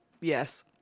Yes